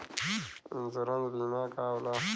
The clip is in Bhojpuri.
इन्शुरन्स बीमा का होला?